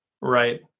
Right